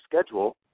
schedule